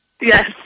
Yes